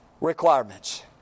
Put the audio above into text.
requirements